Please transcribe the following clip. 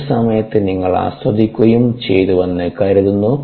course സമയത്ത് നിങ്ങൾ ആസ്വദിക്കുകയും ചെയ്തുവെന്ന് കരുതുന്നു